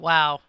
Wow